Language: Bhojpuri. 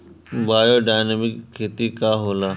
बायोडायनमिक खेती का होला?